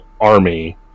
army